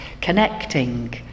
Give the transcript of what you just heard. connecting